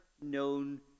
known